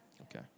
Okay